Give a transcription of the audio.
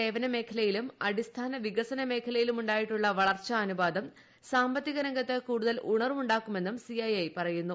സേവനമേഖലയിലും അടിസ്ഥാന വികസന മേഖലയിലും ഉണ്ടായിട്ടുള്ള വളർച്ചാ അനുപാതം സാമ്പത്തികരംഗത്ത് കൂടുതൽ ഉണർവ്വുണ്ടാക്കുമെന്നും സിഐ പറയുന്നു